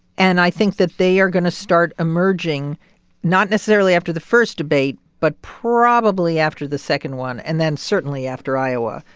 and i think that they are going to start emerging not necessarily after the first debate but probably after the second one and then certainly after iowa.